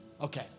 Okay